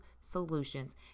solutions